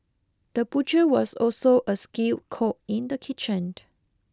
the butcher was also a skilled cook in the kitchen